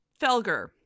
Felger